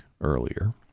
earlier